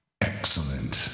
Excellent